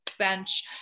bench